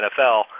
NFL